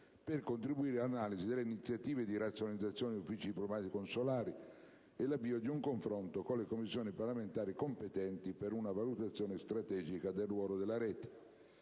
per contribuire all'analisi delle iniziative di razionalizzazione degli uffici diplomatici e consolari» e ad «avviare (...) un confronto con le Commissioni parlamentari competenti per una valutazione strategica del ruolo della rete